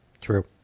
True